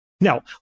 Now